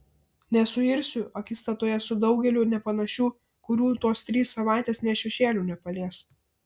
nesuirsiu akistatoje su daugeliu nepanašių kurių tos trys savaitės nė šešėliu nepalies